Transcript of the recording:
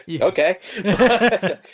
Okay